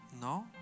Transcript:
No